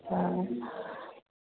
हाँ